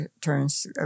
turns